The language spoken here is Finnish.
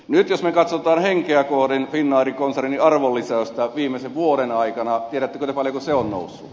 nyt jos me katsomme henkeä kohden finnairin konsernin arvonlisäystä viimeisen vuoden aikana tiedättekö te paljonko se on noussut